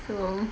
so